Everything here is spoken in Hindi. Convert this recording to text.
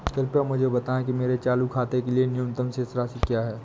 कृपया मुझे बताएं कि मेरे चालू खाते के लिए न्यूनतम शेष राशि क्या है?